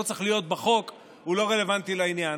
צריך להיות בחוק הוא לא רלוונטי לעניין.